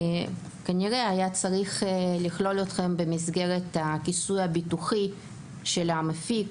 כנראה היה צריך לכלול אתכם במסגרת הכיסוי הביטוחי של המפיק